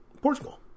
Portugal